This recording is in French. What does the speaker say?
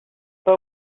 pas